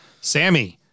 Sammy